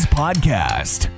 podcast